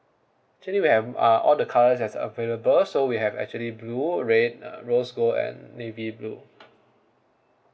actually we have uh all the colours is available so we have actually blue red uh rose gold and navy blue